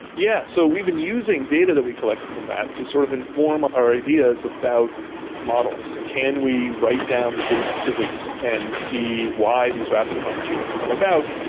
yes, so we've been using data that we collected from that to sort of inform our ideas about models. can we write down the basic physics and see why these rapid climate changes come about,